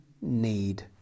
need